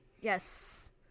Yes